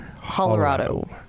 colorado